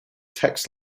text